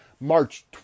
March